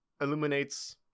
illuminates